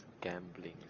gambling